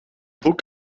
broek